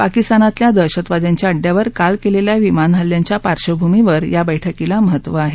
पाकिस्तानातल्या दहशतवाद्यांच्या अड्ड्यावर काल केलेल्या विमान हल्ल्यांच्या पार्श्वभूमीवर या बैठकीला महत्त्व आहे